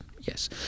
yes